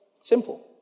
Simple